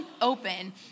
open